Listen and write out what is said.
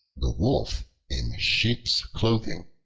the wolf in sheep's clothing